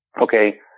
okay